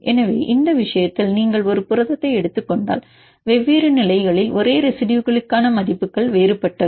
எனவே இந்த விஷயத்தில் நீங்கள் ஒரு புரதத்தை எடுத்துக் கொண்டால் வெவ்வேறு நிலைகளில் ஒரே ரெசிடுயுகளுக்கான மதிப்புகள் வேறுபட்டவை